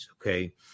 okay